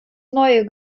neue